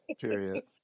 Period